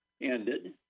ended